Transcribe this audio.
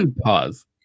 pause